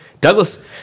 Douglas